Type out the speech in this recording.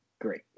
great